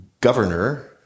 governor